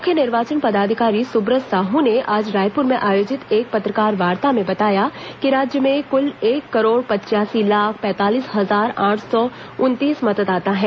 मुख्य निर्वाचन पदाधिकारी सुब्रत साहू ने आज रायपुर में आयोजित एक पत्रकारवार्ता में बताया कि राज्य में कूल एक करोड़ पचासी लाख पैंतालीस हजार आठ सौ उन्नीस मतदाता हैं